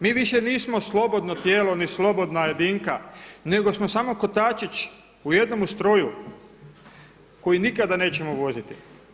Mi više nismo slobodno tijelo ni slobodna jedinka nego smo samo kotačić u jednomu stroju koji nikada nećemo voziti.